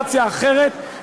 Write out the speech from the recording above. בקונסטלציה אחרת,